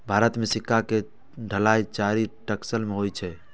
भारत मे सिक्का के ढलाइ चारि टकसाल मे होइ छै